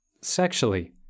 sexually